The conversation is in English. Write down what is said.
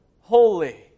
holy